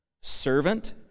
Servant